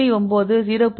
9 0